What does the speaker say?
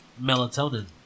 melatonin